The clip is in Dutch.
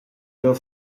deel